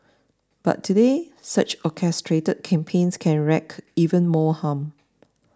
but today such orchestrated campaigns can wreak even more harm